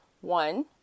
One